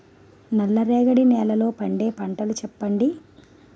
నల్ల రేగడి నెలలో పండే పంటలు చెప్పండి?